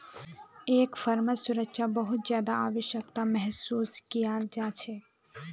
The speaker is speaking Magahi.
एक फर्मत सुरक्षा बहुत ज्यादा आवश्यकताक महसूस कियाल जा छेक